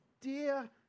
dear